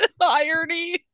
irony